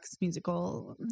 musical